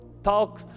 Talk